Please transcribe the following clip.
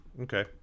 okay